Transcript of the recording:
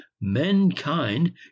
mankind